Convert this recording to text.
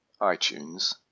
itunes